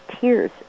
Tears